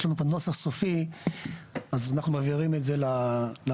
לנו את הנוסח הסופי אז אנחנו מעבירים את זה לוועדה,